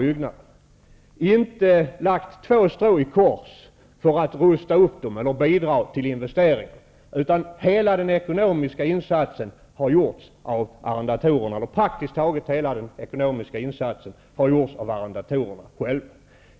Ägarna har inte lagt två strån i kors för att göra någon upprustning eller bidra till investeringar. Praktiskt taget hela den ekonomiska insatsen har gjorts av arrendatorerna själva.